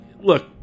Look